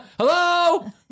Hello